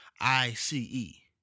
I-C-E